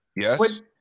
Yes